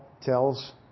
tells